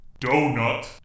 donut